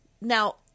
Now